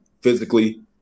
physically